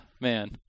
Man